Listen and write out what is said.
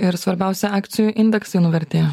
ir svarbiausia akcijų indeksai nuvertėjo